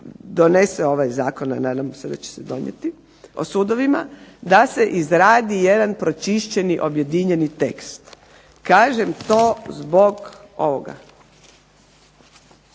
donese ovaj Zakon, a nadamo se da će se donijeti, o sudovima da se izradi jedan pročišćeni objedinjeni tekst. Kažem to zbog ovoga.